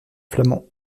flamand